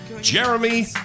Jeremy